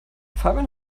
fabian